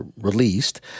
released